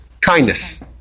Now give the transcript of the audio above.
Kindness